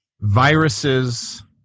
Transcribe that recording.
viruses